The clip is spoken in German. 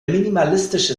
minimalistische